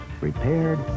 repaired